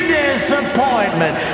disappointment